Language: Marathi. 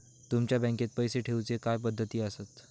तुमच्या बँकेत पैसे ठेऊचे काय पद्धती आसत?